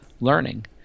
learning